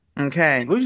Okay